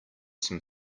some